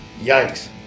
yikes